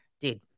Dude